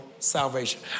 Salvation